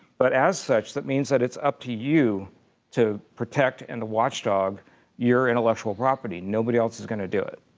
but as such, it means that it's up to you to protect in the watchdog your intellectual property. nobody else is going to do it.